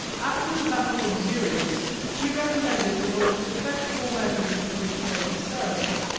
after the battle of xeres he recommended the most effectual measures to the victorious saracens.